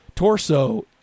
Torso